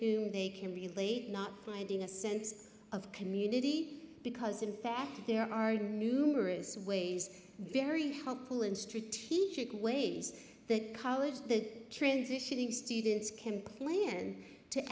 whom they can relate not finding a sense of community because in fact there are numerous ways very helpful in strategic ways that college that transitioning students can plan to